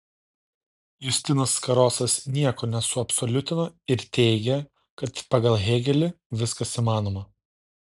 justinas karosas nieko nesuabsoliutino ir teigė kad pagal hėgelį viskas įmanoma